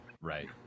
right